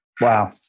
Wow